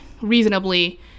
reasonably